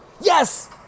Yes